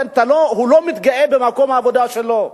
הוא לא מתגאה במקום העבודה שלו.